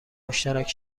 مشترک